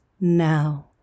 now